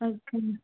thank you madam